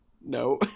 No